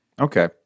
Okay